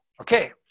Okay